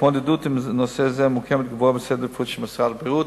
ההתמודדות עם נושא זה ממוקמת גבוה בסדר העדיפויות של משרד הבריאות,